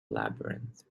labyrinth